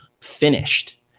finished